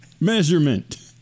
measurement